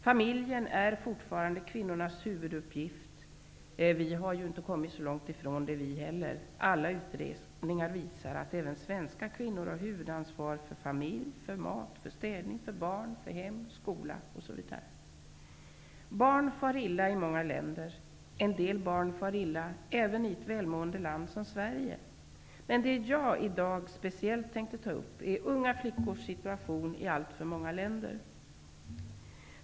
Familjen är fortfarande kvinnornas huvuduppgift. Vi har ju inte kommit så långt ifrån detta heller -- alla utredningar visar att även svenska kvinnor har huvudansvar för familj, för mat, för städning, för barn, för hem, för skola osv. Barn far illa i många länder. En del barn far illa även i ett välmående land som Sverige. Men det som jag i dag speciellt tänkte ta upp är unga flickors situation i alltför många länder.